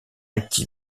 acquis